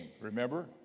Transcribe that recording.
remember